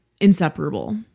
inseparable